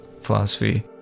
philosophy